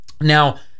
Now